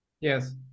Yes